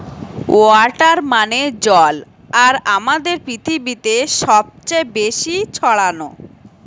water মানে জল আর আমাদের পৃথিবীতে সবচে বেশি ছড়ানো